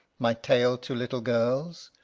my tail to little girls,